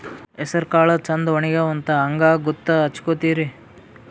ಹೆಸರಕಾಳು ಛಂದ ಒಣಗ್ಯಾವಂತ ಹಂಗ ಗೂತ್ತ ಹಚಗೊತಿರಿ?